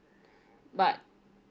but